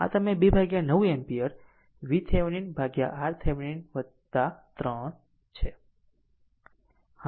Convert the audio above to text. આમ આ તમે 29 એમ્પીયર VThevenin RThevenin 3 છે